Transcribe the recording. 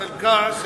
חלקה,